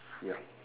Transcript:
ya